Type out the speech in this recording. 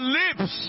lips